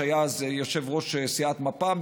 שהיה אז יושב-ראש סיעת מפ"ם,